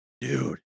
dude